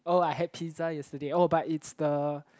oh I had pizza yesterday oh but it's the